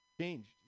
changed